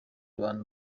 abantu